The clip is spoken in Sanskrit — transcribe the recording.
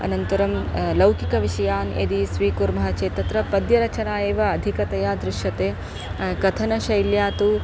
अनन्तरं लौकिकविषयान् यदि स्वीकुर्मः चेत् तत्र पद्यरचना एव अधिकतया दृश्यते कथनशैल्या तु